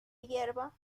hierba